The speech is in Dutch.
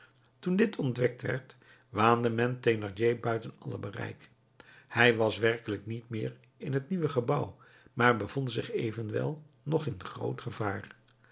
toen dit ontdekt werd waande men thénardier buiten alle bereik hij was werkelijk niet meer in het nieuwe gebouw maar bevond zich evenwel nog in groot gevaar